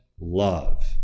love